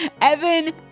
Evan